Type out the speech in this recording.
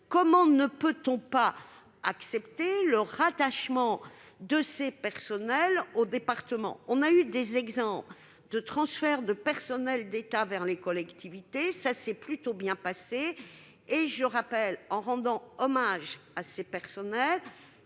comment ne pas accepter le rattachement de ces personnels aux départements ? Nous avons eu l'exemple de transferts de personnel d'État vers les collectivités, qui se sont plutôt bien passés. Je rappelle, en rendant hommage à ces personnels,